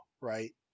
right